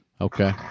Okay